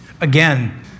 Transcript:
again